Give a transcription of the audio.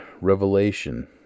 revelation